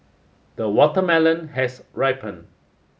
the watermelon has ripen